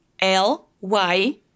L-Y